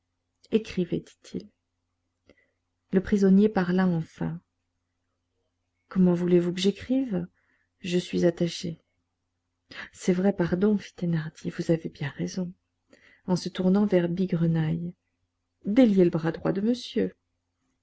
écrivez dit-il le prisonnier parla enfin comment voulez-vous que j'écrive je suis attaché c'est vrai pardon fit thénardier vous avez bien raison et se tournant vers bigrenaille déliez le bras droit de monsieur